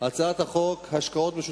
הצעת חוק השקעות משותפות בנאמנות,